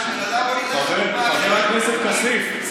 חבר הכנסת כסיף,